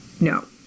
No